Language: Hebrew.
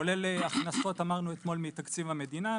כולל הכנסות מתקציב המדינה,